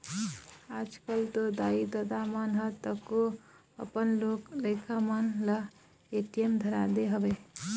आजकल तो दाई ददा मन ह तको अपन लोग लइका मन ल ए.टी.एम धरा दे हवय